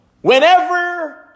whenever